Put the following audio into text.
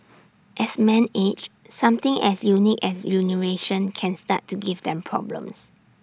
as man age something as unique as urination can start to give them problems